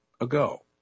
ago